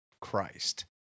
Christ